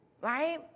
right